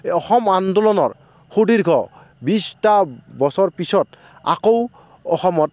এই অসম আন্দোলনৰ সুদীৰ্ঘ বিছটা বছৰ পিছত আকৌ অসমত